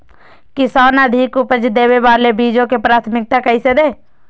किसान अधिक उपज देवे वाले बीजों के प्राथमिकता कैसे दे?